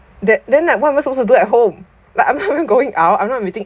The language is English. that then like what am I supposed to do at home like I'm not even going out I'm not meeting